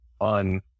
on